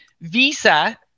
Visa